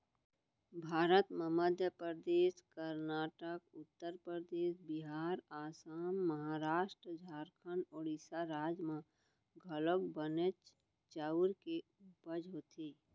भारत म मध्य परदेस, करनाटक, उत्तर परदेस, बिहार, असम, महारास्ट, झारखंड, ओड़ीसा राज म घलौक बनेच चाँउर के उपज होथे